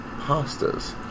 pastas